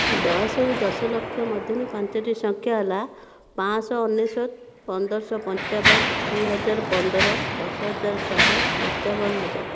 ଦଶରୁ ଦଶ ଲକ୍ଷ୍ୟ ମଧ୍ୟରେ ପାଞ୍ଚୋଟି ସଂଖ୍ୟା ହେଲା ପାଞ୍ଚ ଶହ ଅନେଶ୍ୱତ ପନ୍ଦରଶହ ପଞ୍ଚାବନ ଦୁଇହଜାର ପନ୍ଦର ଦଶହଜାର ଶହେ ପଞ୍ଚାବନ ହଜାର